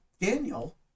Daniel